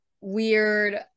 weird